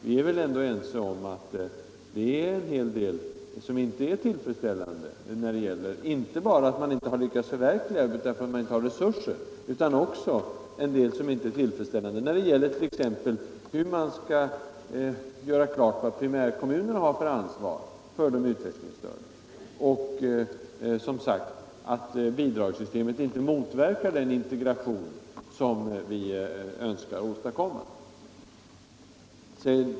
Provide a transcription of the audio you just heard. Vi är väl ändå ense om att en hel del inte är tillfredsställande på detta område, inte bara detta att man i brist på resurser inte har lyckats förverkliga sina strävanden utan också t.ex. att det inte är klargjort vad primärkommunerna har för ansvar för de utvecklingsstörda eller att bidragssystemet inte får motverka den integration som alla önskar åstadkomma.